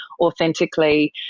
authentically